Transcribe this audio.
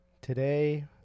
Today